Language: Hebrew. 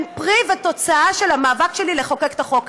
הם פרי ותוצאה של המאבק שלי לחוקק את החוק הזה.